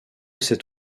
cet